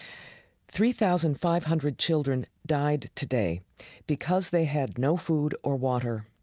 three thousand five hundred children died today because they had no food or water.